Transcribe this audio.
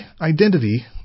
identity